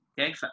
okay